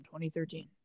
2013